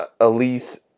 Elise